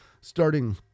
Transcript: Starting